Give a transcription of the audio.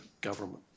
government